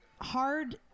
hard